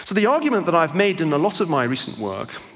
the argument that i have made in a lot of my recent work,